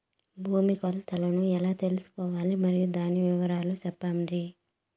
భూమి కొలతలను ఎలా తెల్సుకోవాలి? మరియు దాని వివరాలు సెప్పండి?